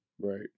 right